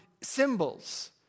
symbols